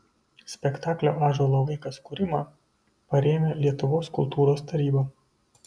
spektaklio ąžuolo vaikas kūrimą parėmė lietuvos kultūros taryba